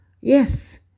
Yes